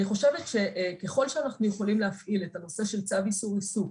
אני חושבת שכלל שאנחנו יכולים להפעיל את הנושא של צו איסור עיסוק,